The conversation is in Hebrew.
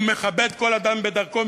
ומכבד כל אדם בדרכו,